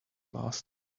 last